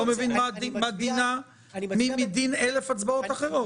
מבין מה דינה מדין אלף הצבעות אחרות,